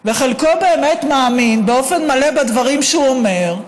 וחלקו באמת מאמין באופן מלא בדברים שהוא אומר.